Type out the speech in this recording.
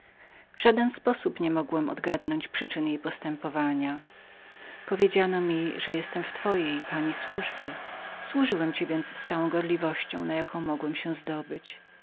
w żaden sposób niemogłem odgadnąć przyczyn powiedziano mi że byłem w twojej pani służbie służyłem ci więc z całą gorliwością na jaką mogłem się zdobyć